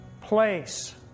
place